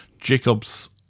Jacob's